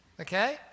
Okay